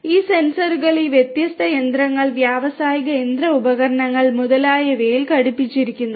ഈ സെൻസറുകൾ ഈ വ്യത്യസ്ത യന്ത്രങ്ങൾ വ്യാവസായിക യന്ത്ര ഉപകരണങ്ങൾ മുതലായവയിൽ ഘടിപ്പിച്ചിരിക്കുന്നു